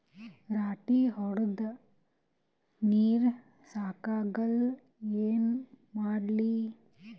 ರಾಟಿ ಹೊಡದ ನೀರ ಸಾಕಾಗಲ್ಲ ಏನ ಮಾಡ್ಲಿ?